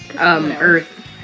earth